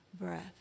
breath